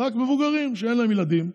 רק מבוגרים שאין להם ילדים,